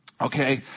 Okay